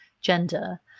gender